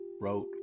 wrote